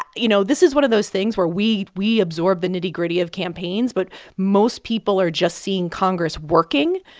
you know, this is one of those things where we we absorb the nitty-gritty of campaigns, but most people are just seeing congress working.